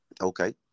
Okay